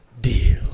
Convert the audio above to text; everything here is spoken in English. deal